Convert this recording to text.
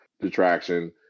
detraction